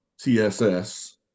tss